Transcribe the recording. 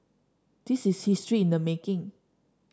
this is history in the making